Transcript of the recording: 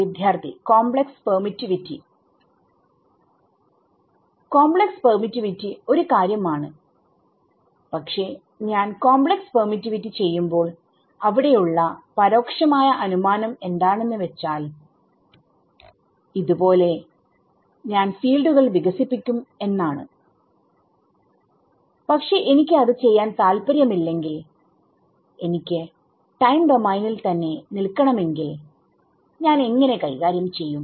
വിദ്യാർത്ഥി complex permittivity complex permittivity ഒരു കാര്യം ആണ്പക്ഷെ ഞാൻ കോംപ്ലക്സ് പെർമിറ്റിവിറ്റി ചെയ്യുമ്പോൾഅവിടെയുള്ള പരോക്ഷമായ അനുമാനം എന്താണെന്ന് വെച്ചാൽ പോലെ ഞാൻ ഫീൽഡുകൾ വികസിപ്പിക്കും എന്നാണ് പക്ഷെ എനിക്ക് അത് ചെയ്യാൻ താല്പര്യം ഇല്ലെങ്കിൽ എനിക്ക് ടൈം ഡോമെയിനിൽതന്നെ നിൽക്കണമെങ്കിൽ ഞാൻ എങ്ങനെ കൈകാര്യം ചെയ്യും